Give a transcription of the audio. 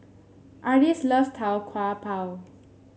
Ardis love Tau Kwa Pau